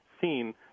seen